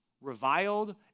reviled